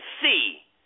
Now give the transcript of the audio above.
see